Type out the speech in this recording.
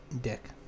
Dick